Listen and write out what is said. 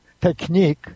technique